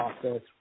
process